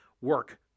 work